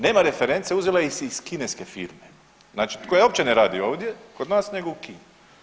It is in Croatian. Nema reference, uzela se iz kineske firme znači koja uopće ne radi ovdje kod nas nego u Kini.